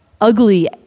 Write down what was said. ugly